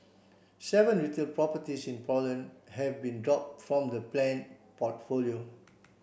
seven retail properties in Poland have been dropped from the planned portfolio